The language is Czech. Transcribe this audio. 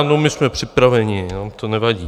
No my jsme připraveni, nám to nevadí.